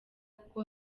kuko